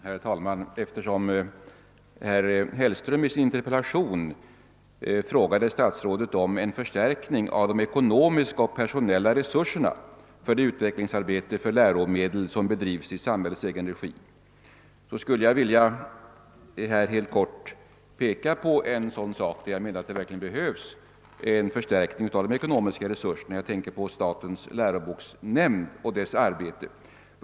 : Herr talman! Eftersom herr Hellström i sin. interpellation frågade statsrådet om en förstärkning av de ekonomiska och personella resurserna för det utvecklingsarbete för läromedel som bedrivs i samhällets egen regi, skulle jag här helt kort vilja peka på en punkt, där jag menar att det verkligen behövs en förstärkning av de ekonomiska resurserna. Jag tänker på statens läroboksnämnd och dess arbete.